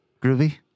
groovy